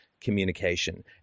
communication